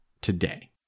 today